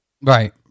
Right